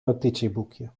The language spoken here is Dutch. notitieboekje